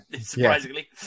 surprisingly